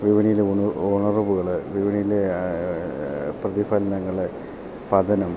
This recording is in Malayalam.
വിപണയിലെ ഉണർവുകൾ വിപണിയിലെ പ്രതിഫലനങ്ങളെ പദനം